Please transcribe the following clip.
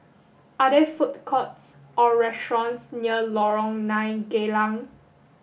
are there food courts or restaurants near Lorong Nine Geylang